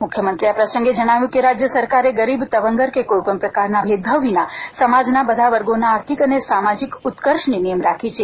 મુખ્યમંત્રીએ જણાવ્યું હતું કે રાજ્ય સરકારે ગરીબ તવંગર કે કોઇપણ પ્રકારના ભેદભાવ વિના સમાજના બધા જ વર્ગોના આર્થિક અને સામાજીક ઉત્કર્ષની નેમ રાખી છે